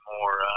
more